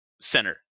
center